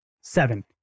seven